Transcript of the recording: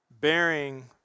bearing